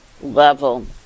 level